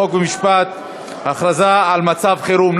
חוק ומשפט בעניין הכרזה על מצב חירום.